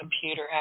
computer